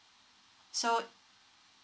so